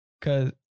cause